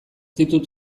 ditut